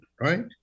right